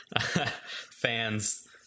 fans